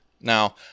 Now